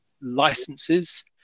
licenses